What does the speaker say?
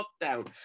lockdown